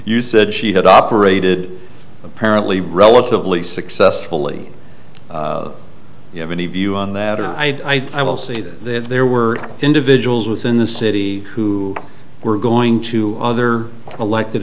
you said she had operated apparently relatively successfully you have any view on that and i i will say that there were individuals within the city who were going to other elected